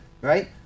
Right